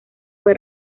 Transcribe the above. fue